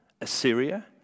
Assyria